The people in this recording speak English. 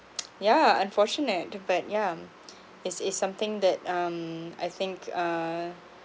yeah unfortunate but yeah mm it's it's something that um I think uh